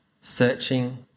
searching